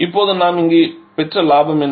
இப்போது நாம் இங்கு பெற்ற லாபம் என்ன